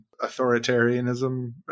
authoritarianism